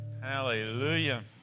hallelujah